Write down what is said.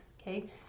okay